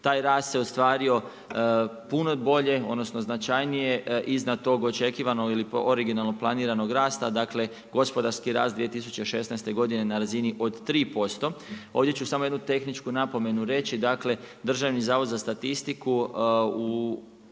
Taj rast, se ostvario puno bolje, odnosno, značajnije iznad tog očekivanog ili originalnog planiranog rasta, dakle, gospodarski rast 2016. godine, na razini od 3%. Ovdje ću samo jednu tehničku napomenu reći dakle, Državni zavod za statistiku, u